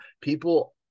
people